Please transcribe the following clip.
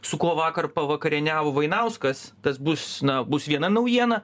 su kuo vakar pavakarieniavo vainauskas tas bus na bus viena naujiena